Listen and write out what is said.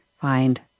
find